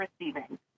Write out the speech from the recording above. receiving